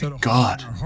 God